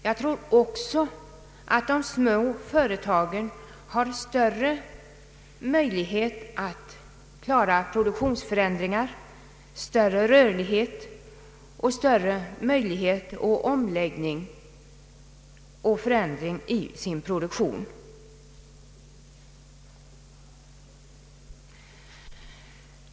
Jag tror också att de små företagen har större rörlighet och större möjlighet till omläggning och förändring av sin produktion.